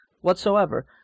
whatsoever